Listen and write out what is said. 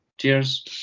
Cheers